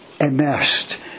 immersed